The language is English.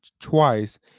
twice